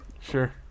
Sure